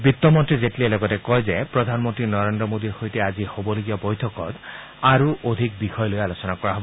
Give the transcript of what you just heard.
বিত্ত মন্ত্ৰী জেটলীয়ে লগতে কয় যে প্ৰধানমন্ত্ৰী নৰেন্দ্ৰ মোডীৰ সৈতে আজি হবলগীয়া বৈঠকত আৰু অধিক বিষয় লৈ আলোচনা কৰা হব